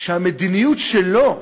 שהמדיניות שלו,